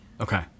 Okay